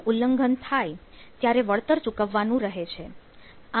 નું ઉલ્લંઘન થાય ત્યારે વળતર ચૂકવવા નુ રહે છે